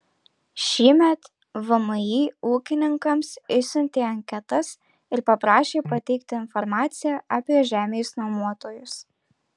šįmet vmi ūkininkams išsiuntė anketas ir paprašė pateikti informaciją apie žemės nuomotojus